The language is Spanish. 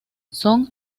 son